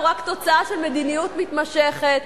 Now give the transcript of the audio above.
הוא רק תוצאה של מדיניות מתמשכת,